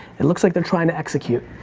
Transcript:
it looks like they are trying to execute.